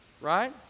right